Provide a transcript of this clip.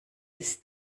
ist